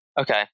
okay